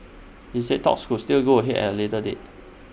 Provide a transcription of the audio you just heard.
he said talks could still go ahead at A later date